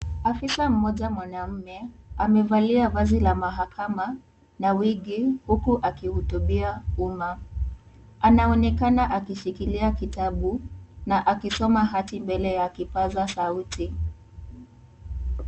Afisa mmoja mwanaume amevalia vazi la mahakama na wigi huku akihotubia umma, anaonekana akishikilia kitabu na akisoma hati mbeleya kipasa sauti .